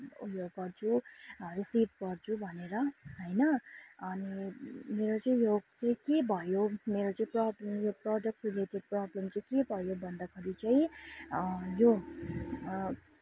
ऊ यो गर्छु रिसिभ गर्छु भनेर होइन अनि मेरो चाहिँ यो चाहिँ के भयो मेरो चाहिँ प्रब यो प्रडक्ट रिलेटेड प्रबलम चाहिँ के भयो भन्दाखेरि चाहिँ यो